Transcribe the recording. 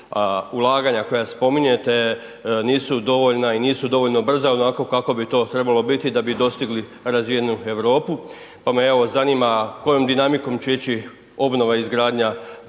ulaganja koja spominjete nisu dovoljna i nisu dovoljno brza onako kako bi to trebalo biti da bi dostigli razvijenu Europu, pa me evo zanima kojom dinamikom će ići obnova i izgradnja